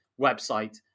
website